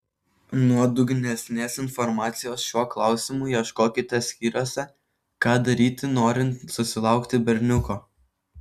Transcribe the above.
nuodugnesnės informacijos šiuo klausimu ieškokite skyriuose ką daryti norint susilaukti berniuko